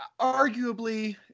arguably